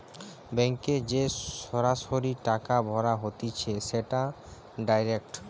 ব্যাংকে যে সরাসরি টাকা ভরা হতিছে সেটা ডাইরেক্ট